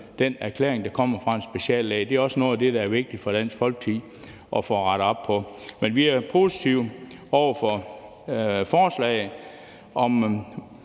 den erklæring, der kommer fra en speciallæge. Det er også noget af det, det er vigtigt for Dansk Folkeparti at få rettet op på. Men vi er positive over for forslaget.